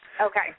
Okay